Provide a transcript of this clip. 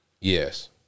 Yes